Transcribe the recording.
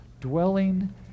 dwelling